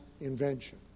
invention